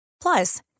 Plus